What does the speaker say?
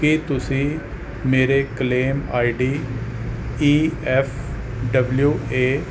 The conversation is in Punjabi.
ਕੀ ਤੁਸੀਂ ਮੇਰੇ claim ID E F W ਏ